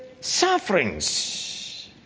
sufferings